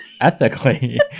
Ethically